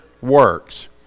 works